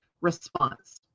response